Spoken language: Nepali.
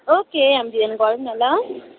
ओके हामी दुईजना गरौँ न ल